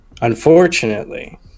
unfortunately